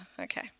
Okay